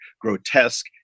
grotesque